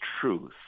truth